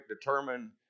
determine